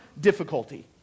difficulty